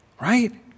Right